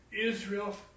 Israel